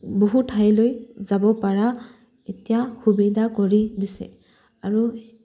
বহু ঠাইলৈ যাব পাৰা এতিয়া সুবিধা কৰি দিছে আৰু